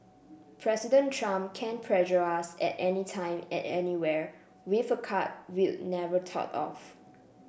President Trump can pressure us at anytime at anywhere with a card we'll never thought of